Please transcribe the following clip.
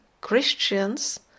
christians